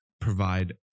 provide